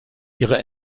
ihre